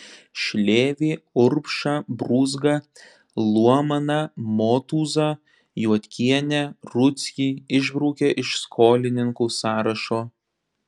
šlėvį urbšą brūzgą luomaną motūzą juodkienę rudzkį išbraukė iš skolininkų sąrašo